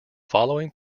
following